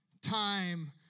time